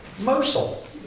Mosul